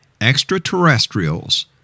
extraterrestrials